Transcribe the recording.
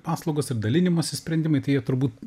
paslaugos ir dalinimosi sprendimai tai jie turbūt